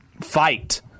fight